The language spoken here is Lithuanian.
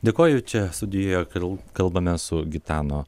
dėkoju čia studijoje kal kalbame su gitano